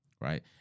Right